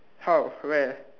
how where